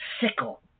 sickle